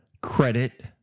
credit